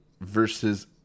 versus